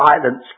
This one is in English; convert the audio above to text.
violence